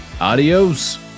adios